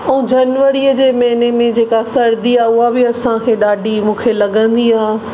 ऐं जनवरीअ जे महीने में जेका सरदी आहे उहा बि असांखे ॾाढी मूंखे लॻंदी आहे